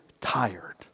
tired